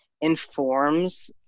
informs